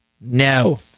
No